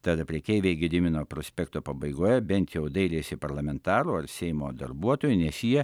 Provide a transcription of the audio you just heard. tad prekeiviai gedimino prospekto pabaigoje bent jau dairėsi parlamentaro ar seimo darbuotojų nes jie